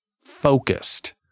focused